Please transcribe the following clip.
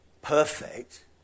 perfect